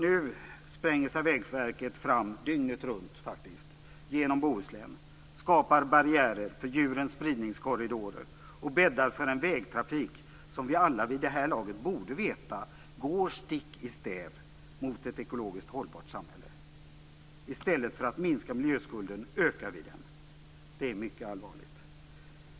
Nu spränger sig Vägverket fram - dygnet runt - genom Bohuslän, skapar barriärer för djurens spridningskorridorer och bäddar för en vägtrafik som vi alla vid det här laget borde veta går stick i stäv mot ett ekologiskt hållbart samhälle. I stället för att minska miljöskulden ökar vi den. Det är mycket allvarligt.